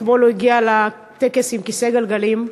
אתמול הוא הגיע לטקס בכיסא גלגלים,